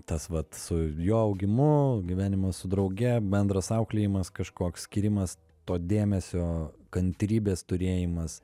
tas vat su jo augimu gyvenimas su drauge bendras auklėjimas kažkoks skyrimas to dėmesio kantrybės turėjimas